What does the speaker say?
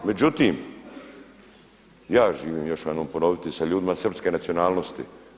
Međutim, ja živim još jednom ću ponoviti sa ljudima srpske nacionalnosti.